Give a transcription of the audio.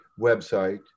website